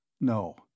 No